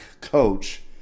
coach